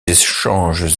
échanges